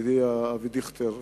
ידידי אבי דיכטר,